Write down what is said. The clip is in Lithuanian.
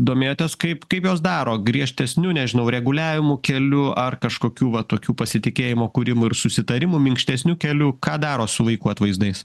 domėjotės kaip kaip jos daro griežtesniu nežinau reguliavimo keliu ar kažkokių va tokių pasitikėjimo kūrimų ir susitarimų minkštesniu keliu ką daro su vaikų atvaizdais